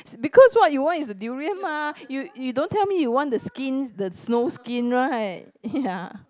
because what you want is the durian mah you you don't tell me what you want is the skins the snow skin right ya